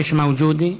מיש מווג'ודה.